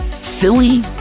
silly